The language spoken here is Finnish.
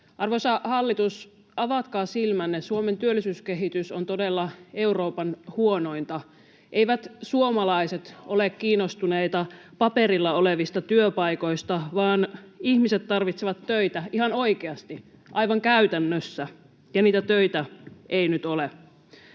Arvoisa hallitus, avatkaa silmänne. Suomen työllisyyskehitys on todella Euroopan huonointa. [Sheikki Laakso: Ei ole kauaa!] Eivät suomalaiset ole kiinnostuneita paperilla olevista työpaikoista, vaan ihmiset tarvitsevat töitä, ihan oikeasti, aivan käytännössä, ja niitä töitä ei nyt ole.